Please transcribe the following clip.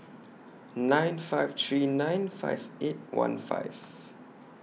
nine five three nine five eight one five